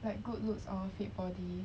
like good looks or fit body